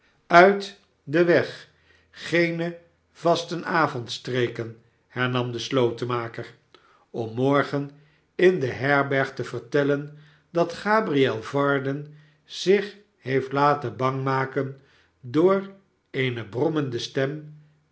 uit den weg geene vastenavondstreken hernam de slotenmaker jom morgen in de herberg te vertellen dat gabriel varden zich heeft laten bang maken door eene brommende stem